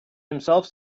himself